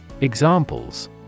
Examples